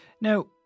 Now